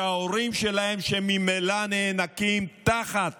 שההורים שלהם, שממילא נאנקים תחת